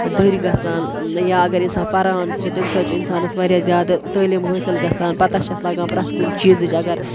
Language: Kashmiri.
دٔرۍ گژھان یا اگر اِنسان پَران چھُ تَمہِ سۭتۍ چھُ اِنسانَس واریاہ زیادٕ تعلیٖم حٲصِل گژھان پَتہٕ چھَس لَگان پرٛتھ کُنہِ چیٖزٕچ اگر